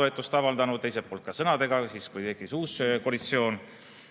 toetust avaldanud, teiselt poolt ka sõnadega, siis kui tekkis uus koalitsioon.